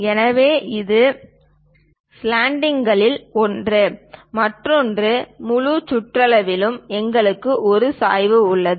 எனவே இது ஸ்லாண்ட்களில் ஒன்று மற்றொன்று முழு சுற்றளவிலும் எங்களுக்கு ஒரு சாய்வு உள்ளது